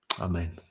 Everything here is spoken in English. Amen